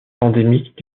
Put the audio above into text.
endémique